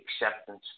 acceptance